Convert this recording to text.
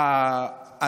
בבקשה.